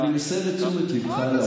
אני מסב את תשומת ליבך.